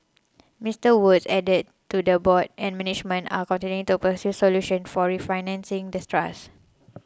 Mister Woods added to the board and management are continuing to pursue solutions for refinancing the trust